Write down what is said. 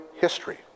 history